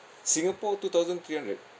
singapore two thousand three hundred